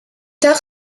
tard